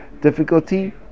difficulty